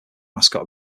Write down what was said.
mascot